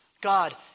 God